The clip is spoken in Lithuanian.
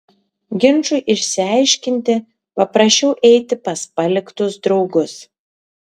ginčui išsiaiškinti paprašiau eiti pas paliktus draugus